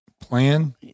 Plan